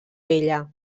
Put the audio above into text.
vella